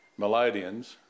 melodians